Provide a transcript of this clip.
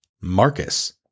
Marcus